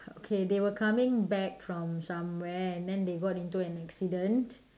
okay they were coming back from somewhere and then they got into an accident